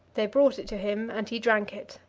they brought it to him and he drank it.